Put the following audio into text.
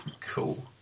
Cool